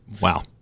wow